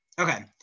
Okay